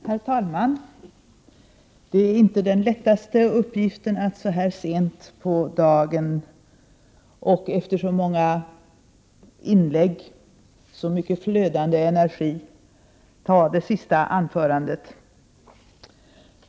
Herr talman! Det är inte den lättaste uppgiften att så här sent på dagen och efter så många inlägg, så mycket flödande energi, ta det sista anförandet.